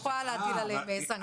לא יכולה להטיל עליהם סנקציות.